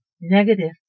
negative